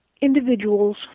individuals